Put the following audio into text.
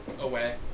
away